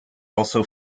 also